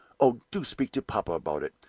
oh, do speak to papa about it!